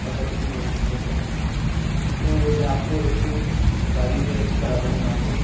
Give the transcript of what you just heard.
اچھا تین لوگ ہیں اوکے تو میں آپ کو ایک گاڑی ارینج کرا دوں گا میں آپ کو